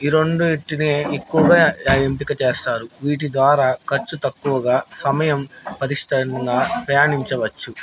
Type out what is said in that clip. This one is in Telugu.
ఈ రెండు వీటినే ఎక్కువగా ఎంపిక చేస్తారు వీటి ద్వారా ఖర్చు తక్కువగా సమయం పరిష్ష్టరంగా ప్రయాణించవచ్చు